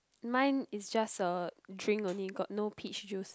mine is just a drink only got no peach juice